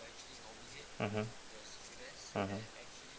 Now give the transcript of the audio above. mmhmm mmhmm